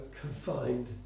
confined